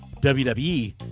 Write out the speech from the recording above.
WWE